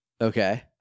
Okay